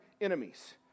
enemies